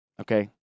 okay